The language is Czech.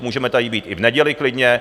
Můžeme tady být i v neděli klidně.